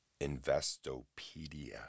Investopedia